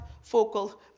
focal